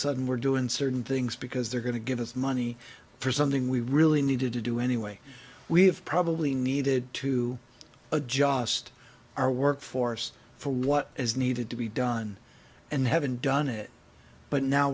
sudden we're doing certain things because they're going to give us money for something we really needed to do anyway we've probably needed to adjust our workforce for what is needed to be done and haven't done it but now